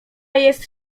jest